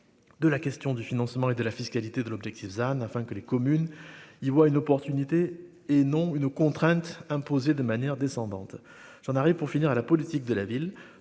de la question du financement et de la fiscalité de l'objectif than afin que les communes, ils voient une opportunité et non une contrainte imposée de manière descendante, j'en arrive, pour finir à la politique de la ville,